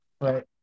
Right